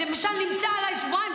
שנמצא עליי שבועיים,